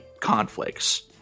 conflicts